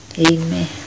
Amen